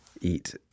eat